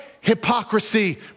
hypocrisy